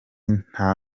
nta